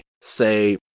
say